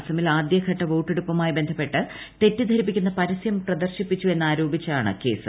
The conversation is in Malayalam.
അസമിൽ ആദ്യഘട്ട വോട്ടെടുപ്പുമായി ബന്ധപ്പെട്ട് തെറ്റിദ്ധരിപ്പിക്കുന്ന പരസൃം പ്രദർശിപ്പിച്ചു എന്നാരോപിച്ചാണ് കേസ്